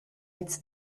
its